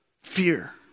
Fear